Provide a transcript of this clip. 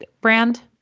brand